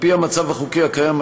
במצב החוקי הקיים,